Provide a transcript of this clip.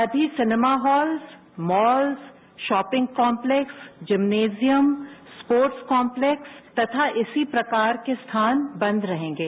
सभी cinema halls malls shopping complex gymnasium sports complex तथा इसी प्रकार के स्थान बंद रहेंगे